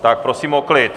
Tak prosím o klid!